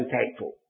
thankful